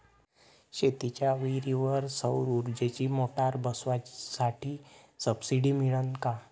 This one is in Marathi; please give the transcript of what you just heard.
शेतीच्या विहीरीवर सौर ऊर्जेची मोटार बसवासाठी सबसीडी मिळन का?